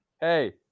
Hey